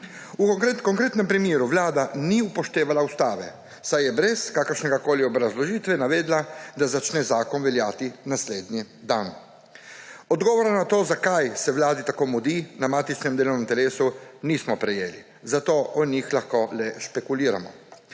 V konkretnem primeru vlada ni upoštevala ustave, saj je brez kakršnekoli obrazložitve navedla, da začne zakon veljati naslednji dan. Odgovora na to, zakaj se vladi tako mudi, na matičnem delovnem telesu nismo prejeli, zato o njih lahko le špekuliramo.